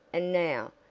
and now,